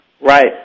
Right